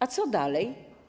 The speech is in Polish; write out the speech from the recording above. A co dalej?